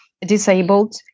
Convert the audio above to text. disabled